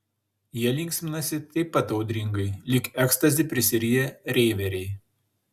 jie linksminasi taip pat audringai lyg ekstazi prisiriję reiveriai